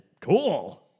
Cool